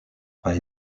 pas